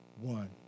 one